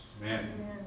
Amen